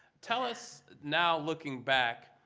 tell us, now looking back,